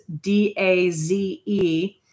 D-A-Z-E